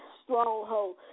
stronghold